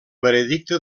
veredicte